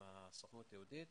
הסוכנות היהודית.